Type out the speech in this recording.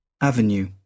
avenue